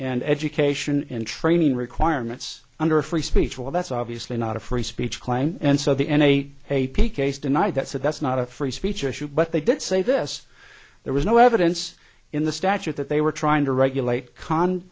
and education and training requirements under free speech well that's obviously not a free speech claim and so the n a a p case deny that so that's not a free speech issue but they did say this there was no evidence in the statute that they were trying to regulate con